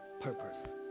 purpose